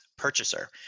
purchaser